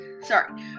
sorry